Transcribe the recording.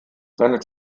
seine